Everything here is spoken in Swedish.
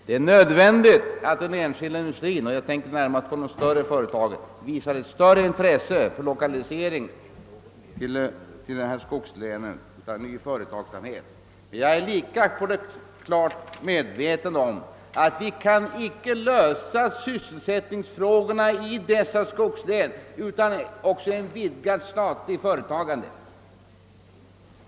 Det är nödvändigt att den enskilda industrin — jag tänker närmast på de större företagen — visar ett större intresse för lokalisering av ny företagsamhet till dessa skogslän, men jag är lika medveten om att vi icke kan lösa sysselsättningsfrågorna i skogslänen utan också ett vidgat statligt företagande.